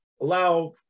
allow